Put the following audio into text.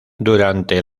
durante